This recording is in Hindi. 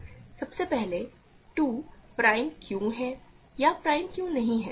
तो सबसे पहले 2 प्राइम क्यों है या प्राइम क्यों नहीं है